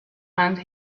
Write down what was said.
and